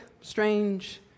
strange